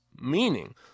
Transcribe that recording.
meaning